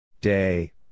Day